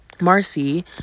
marcy